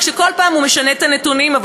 רק שכל פעם הוא משנה את הנתונים.